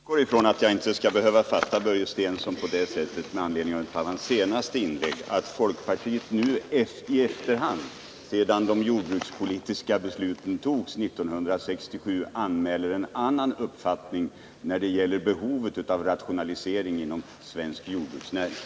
Herr talman! Jag utgår från att jag inte skall fatta Börje Stenssons senaste inlägg på det sättet att folkpartiet nu i efterhand, sedan de jordbrukspolitiska besluten togs 1967, anmäler en annan uppfattning när det gäller behovet av rationalisering inom svensk jordbruksnäring.